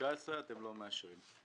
13-318-19 אתם לא מאשרים.